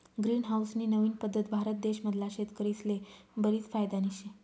green house नी नवीन पद्धत भारत देश मधला शेतकरीस्ले बरीच फायदानी शे